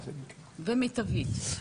ומיטבית.